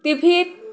TV to